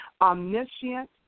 omniscient